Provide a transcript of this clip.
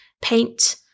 paint